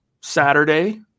Saturday